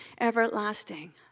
everlasting